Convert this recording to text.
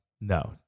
No